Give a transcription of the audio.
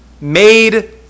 made